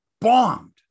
bombed